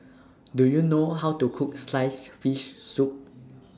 Do YOU know How to Cook Sliced Fish Soup